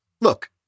look